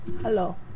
Hello